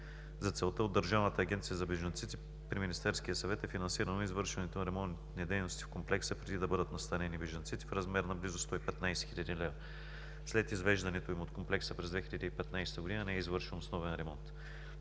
За целта от Държавната агенция за бежанците при Министерския съвет е финансирано извършването на ремонтните дейности в комплекса, преди да бъдат настанени бежанците, в размер на близо 115 хил. лв. След извеждането им от комплекса през 2015 г. не е извършен основен ремонт.